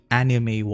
anime